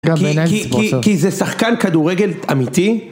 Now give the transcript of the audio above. כי זה שחקן כדורגל אמיתי.